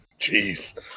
Jeez